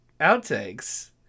outtakes